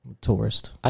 Tourist